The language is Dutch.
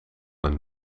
een